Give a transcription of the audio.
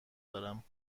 دارم